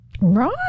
Right